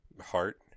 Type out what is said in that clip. heart